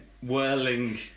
whirling